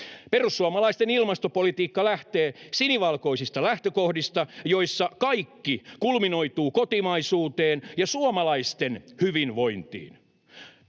Perussuomalaisten ilmastopolitiikka lähtee sinivalkoisista lähtökohdista, joissa kaikki kulminoituu kotimaisuuteen ja suomalaisten hyvinvointiin.